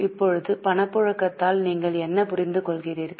இப்போது பணப்புழக்கத்தால் நீங்கள் என்ன புரிந்துகொள்கிறீர்கள்